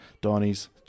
Donny's